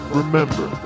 remember